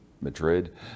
Madrid